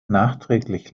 nachträglich